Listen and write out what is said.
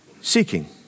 seeking